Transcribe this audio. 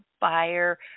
buyer